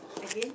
again